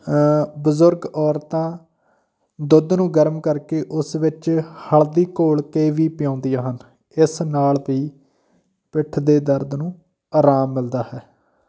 ਬਜ਼ੁਰਗ ਔਰਤਾਂ ਦੁੱਧ ਨੂੰ ਗਰਮ ਕਰਕੇ ਉਸ ਵਿੱਚ ਹਲਦੀ ਘੋਲ ਕੇ ਵੀ ਪਿਲਾਉਂਦੀਆਂ ਹਨ ਇਸ ਨਾਲ ਵੀ ਪਿੱਠ ਦੇ ਦਰਦ ਨੂੰ ਆਰਾਮ ਮਿਲਦਾ ਹੈ